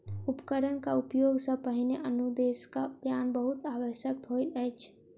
उपकरणक उपयोग सॅ पहिने अनुदेशक ज्ञान बहुत आवश्यक होइत अछि